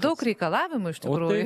daug reikalavimų iš tikrųjų